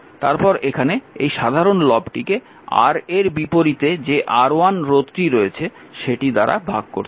তারপর এখানে সেই সাধারণ লবটিকে Ra এর বিপরীতে যে R1 রোধটি রয়েছে সেটি দ্বারা ভাগ করতে হবে